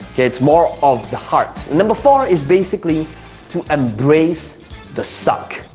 okay, it's more of the heart. number four is basically to embrace the suck.